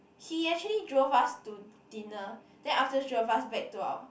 he actually drove us to dinner then afterwards drove us back to our